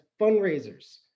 fundraisers